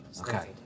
Okay